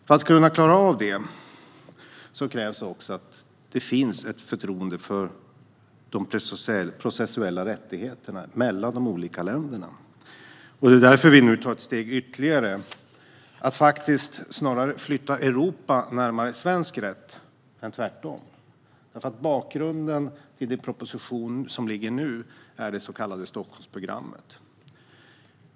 För att kunna klara av detta krävs också att det finns förtroende för de processuella rättigheterna mellan de olika länderna. Därför tar vi nu ytterligare ett steg för att snarare flytta Europa närmare svensk rätt än tvärtom. Bakgrunden till den proposition som nu ligger på bordet är det så kallade Stockholmsprogrammet.